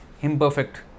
imperfect